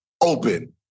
open